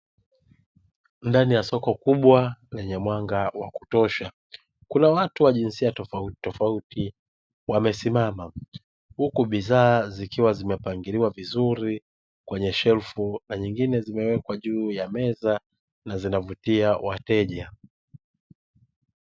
Ndani ya soko kubwa lenye mwanga wa kutosha kuna watu wa jinsia tofauti tofauti wamesimama huku bidhaa, zikiwa zimepangiliwa vizuri kwenye shelfu na nyingine zimewekwa juu ya meza na zinavutia wateja.